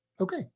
Okay